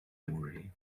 murray